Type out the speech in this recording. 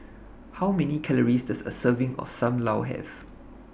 How Many Calories Does A Serving of SAM Lau Have